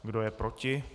Kdo je proti?